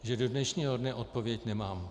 Že do dnešního dne odpověď nemám.